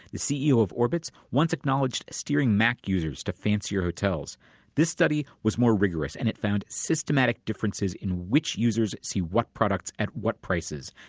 the ceo of orbitz once acknowledged steering mac users to fancier hotels this study was more rigorous, and it found systematic differences in which users see what products, at what prices.